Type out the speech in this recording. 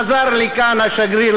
חזר לכאן השגריר,